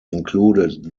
included